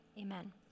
Amen